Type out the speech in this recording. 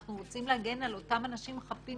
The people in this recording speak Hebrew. אנחנו רוצים להגן על אותם אנשים חפים